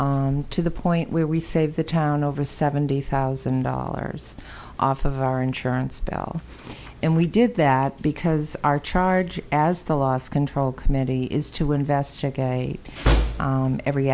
hard to the point where we saved the town over seventy thousand dollars off of our insurance bill and we did that because our charge as the last control committee is to investigate every